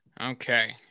Okay